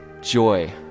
joy